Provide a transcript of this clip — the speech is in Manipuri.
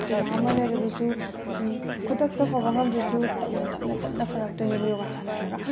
ꯀꯌꯥ ꯑꯃ ꯂꯩꯔꯕꯁꯨ ꯍꯥꯏꯗꯤ ꯈꯨꯗꯛꯇ ꯐꯕ ꯉꯝꯗ꯭ꯔꯁꯨ ꯇꯞꯅ ꯇꯞꯅ ꯇꯞꯅ ꯐꯔꯛꯇꯣꯏꯅꯦꯕ ꯌꯣꯒꯥ ꯁꯥꯟꯅꯔꯒ